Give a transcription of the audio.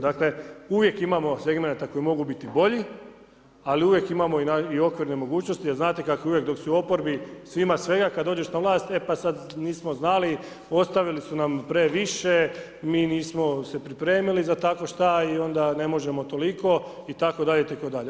Dakle uvijek imamo segmenata koji mogu biti bolji ali uvijek imamo i okvirne mogućnosti jer znate kako je uvijek dok si u oporbi svima svega, kad dođeš na vlast e pa sad nismo znali, ostavili su nam previše, mi nismo se pripremili za takvo šta i onda ne možemo toliko itd., itd.